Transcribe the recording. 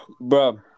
bro